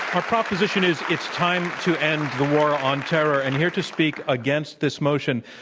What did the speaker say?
our proposition is it's time to end the war on terror, and here to speak against this motion,